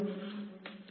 વિદ્યાર્થી